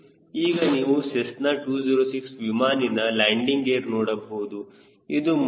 ಈಗ ನೀವು ಸೆಸ್ನಾ 206 ವಿಮಾನಿನ ಲ್ಯಾಂಡಿಂಗ್ ಗೇರ್ ನೋಡಬಹುದು